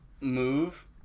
move